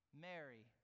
Mary